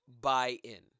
buy-in